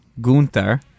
Gunther